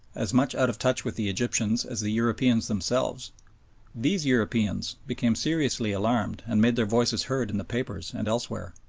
as much out of touch with the egyptians as the europeans themselves these europeans became seriously alarmed and made their voices heard in the papers and elsewhere.